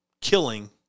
killing